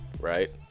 right